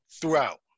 throughout